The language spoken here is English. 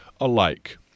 alike